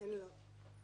הן לא.